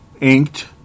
inked